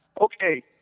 okay